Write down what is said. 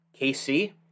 KC